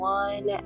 one